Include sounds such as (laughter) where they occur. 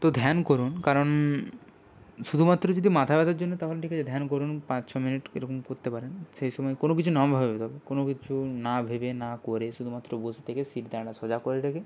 তো ধ্যান করুন কারণ শুধুমাত্র যদি মাথা ব্যথার জন্য তখন ঠিক আছে ধ্যান করুন পাঁচ ছ মিনিট এরকম করতে পারেন সেই সময় কোনো কিছু না (unintelligible) তবে কোনো কিছু না ভেবে না করে শুধুমাত্র বসে থেকে শিরদাঁড়া সোজা করে রেখে